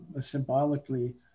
symbolically